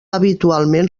habitualment